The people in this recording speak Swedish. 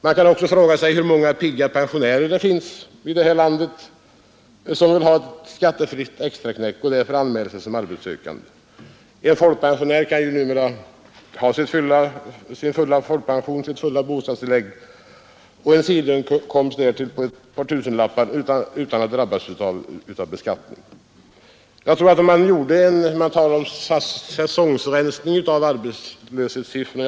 Man kan också fråga sig hur många pigga pensionärer det finns som vill ha ett skattefritt extraknäck och därför anmäler sig som arbetssökande; en folkpensionär kan ju numera ha full folkpension och fullt bostadstillägg och därtill en sidoinkomst på ett par tusenlappar utan att drabbas av skatt. Man talar om säsongrensning av arbetslöshetssiffrorna.